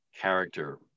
character